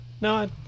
No